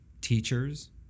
teachers